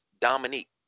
Dominique